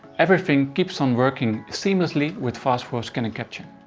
everything keeps on working seamlessly with fast four scan and capture.